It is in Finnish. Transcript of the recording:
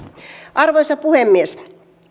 arvoisa puhemies